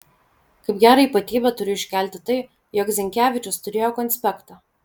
kaip gerą ypatybę turiu iškelti tai jog zinkevičius turėjo konspektą